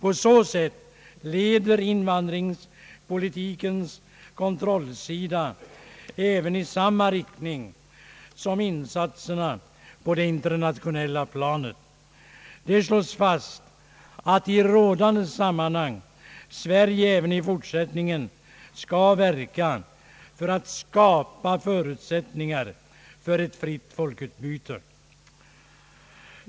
På så sätt leder invandringspolitikens kontrollsida även i samma riktning som insatserna på det internationella planet. Det slås fast att i rådande sammanhang Sverige även i fortsättningen skall verka för att skapa förutsättningar för ett fritt folkutbyte.